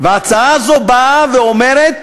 וההצעה הזו באה ואומרת